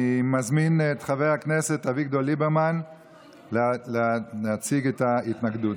אני מזמין את חבר הכנסת אביגדור ליברמן להציג את ההתנגדות.